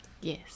Yes